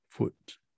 foot